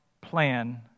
plan